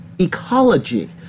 ecology